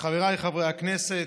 חבריי חברי הכנסת,